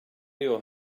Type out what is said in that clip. your